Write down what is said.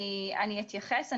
אני אתייחס.